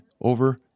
over